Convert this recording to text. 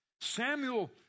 Samuel